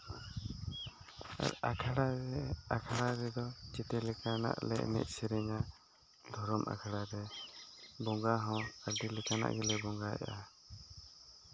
ᱟᱨ ᱟᱠᱷᱲᱟ ᱨᱮ ᱟᱠᱷᱲᱟ ᱨᱮᱫᱚ ᱡᱮᱛᱮ ᱞᱮᱠᱟᱱᱟᱜ ᱞᱮ ᱮᱱᱮᱡ ᱥᱮᱨᱮᱧᱟ ᱫᱷᱚᱨᱚᱢ ᱟᱠᱷᱲᱟ ᱨᱮ ᱵᱚᱸᱜᱟ ᱦᱚᱸ ᱟᱹᱰᱤ ᱞᱮᱠᱟᱱᱟᱜ ᱜᱮᱞᱮ ᱵᱚᱜᱟᱭᱮᱜᱼᱟ